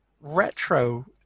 retro